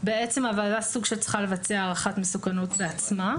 בעצם הוועדה סוג של צריכה לבצע הערכת מסוכנות בעצמה.